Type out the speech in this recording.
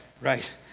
right